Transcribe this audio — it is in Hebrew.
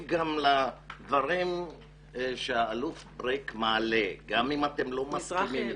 גם לדברים שהאלוף בריק מעלה גם אם אתם לא מסכימים איתם.